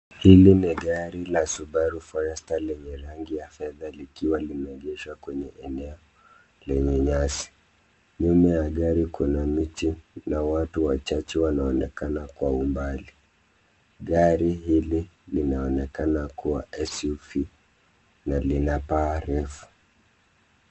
Hili ni gari la Subaru Forester lenye rangi ya fedha likiwa limeegeshwa kwenye eneo lenye nyasi. Nyuma ya gari kuna miti na watu walio wachache wanaonekana kwa umbali. Gari hili linaonekana kuwa SUV na lina paa refu.